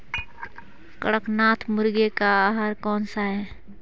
कड़कनाथ मुर्गे का आहार कौन सा है?